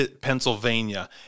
Pennsylvania